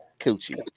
coochie